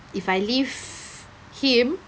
if I leave him